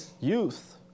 youth